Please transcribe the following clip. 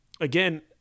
again